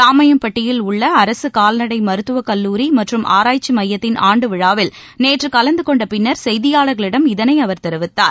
ராமையன்பட்டியில் உள்ள அரசு கால்நடை மருத்துவக் கல்லூரி மற்றும் ஆராய்ச்சி மையத்தின் ஆண்டுவிழாவில் நேற்று கலந்து கொண்ட பின்னர் செய்தியாளர்களிடம் இதனை அவர் தெரிவித்தார்